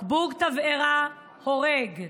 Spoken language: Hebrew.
בקבוק תבערה הורג.